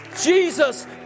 Jesus